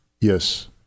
Yes